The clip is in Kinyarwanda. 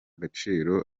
gaciro